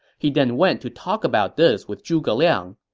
he then went to talk about this with zhuge liang.